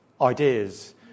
ideas